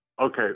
Okay